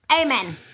Amen